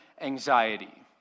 Anxiety